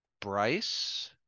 Bryce